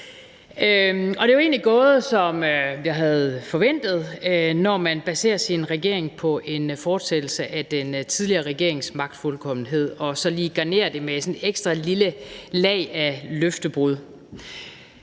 egentlig gået, som jeg havde forventet at det ville gå, når man baserer sin regering på en fortsættelse af den tidligere regerings magtfuldkommenhed og så lige garnerer det med et ekstra lille lag af løftebrud.